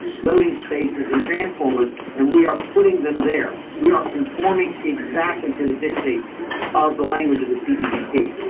loading spaces, and transformers. and we are putting them there. we aren't conforming exactly to the dictates of the language of the tddp.